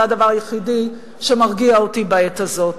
זה הדבר היחיד שמרגיע אותי בעת הזאת.